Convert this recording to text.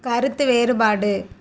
கருத்து வேறுபாடு